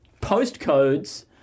postcodes